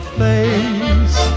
face